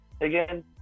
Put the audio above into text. again